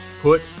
put